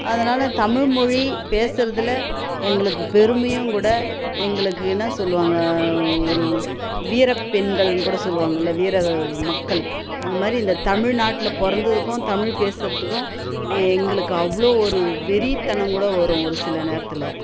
அதனால் தமிழ்மொழி பேசுறதில் எங்களுக்குப் பெருமையும் கூட எங்களுக்கு என்ன சொல்லுவாங்க ஒரு வீர பெண்கள்னு கூட சொல்லுவாங்கல்ல வீர மக்கள் அந்த மாதிரி இந்த தமிழ்நாட்டில் பிறந்ததுக்கும் தமிழ் பேசுகிறதுக்கும் எங்களுக்கு அவ்வளோ ஒரு வெறித்தனம் கூட வரும் ஒரு சில நேரத்தில்